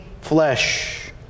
flesh